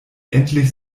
endlich